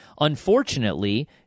Unfortunately